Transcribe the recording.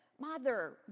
Mother